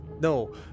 no